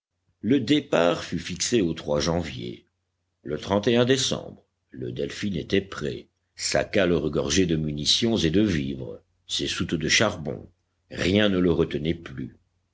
le départ fut fixé au janvier e décembre le delphin était prêt sa cale regorgeait de munitions et de vivres ses soutes de charbon rien ne le retenait plus